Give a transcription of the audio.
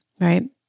right